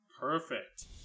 Perfect